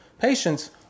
patients